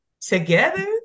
together